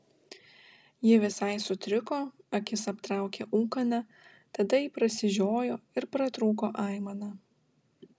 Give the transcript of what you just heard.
ji visai sutriko akis aptraukė ūkana tada ji prasižiojo ir pratrūko aimana